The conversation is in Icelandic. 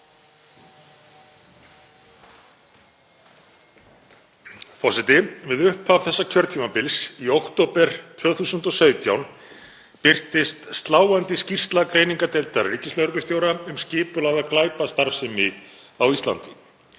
Forseti. Við upphaf þessa kjörtímabils, í október 2017, birtist sláandi skýrsla greiningardeildar ríkislögreglustjóra um skipulagða glæpastarfsemi á Íslandi.